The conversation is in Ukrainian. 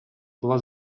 була